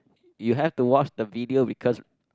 you have to watch the video because